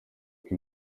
kuko